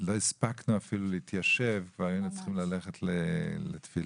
לא הספקנו להתיישב וכבר היינו צריכים ללכת לתפילה.